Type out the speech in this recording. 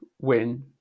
win